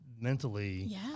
mentally